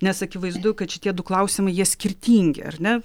nes akivaizdu kad šitie du klausimai jie skirtingi ar ne